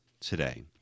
today